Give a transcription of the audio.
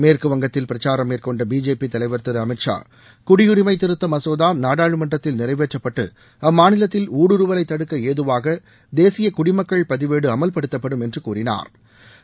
மேற்று வங்கத்தில் பிரச்சாரம் மேற்கொண்ட பிஜேபி தலைவர் திரு அமித் ஷா குடியுரிமை திருத்த மசோதா நாடாளுமன்றத்தில் நிறைவேற்றப்பட்டு அம்மாநிலத்தில் ஊடுருவலை தடுக்க ஏதுவாக தேசிய குடிமக்கள் பதிவேடு அமல்படுத்தப்படும் என்று கூறினாா்